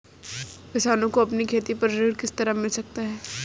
किसानों को अपनी खेती पर ऋण किस तरह मिल सकता है?